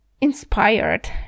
inspired